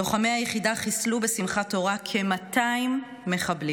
לוחמי היחידה חיסלו בשמחת תורה כ-200 מחבלים.